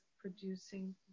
producing